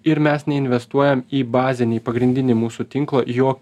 ir mes neinvestuojam į bazinį pagrindinį mūsų tinklo jo